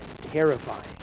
terrifying